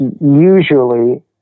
usually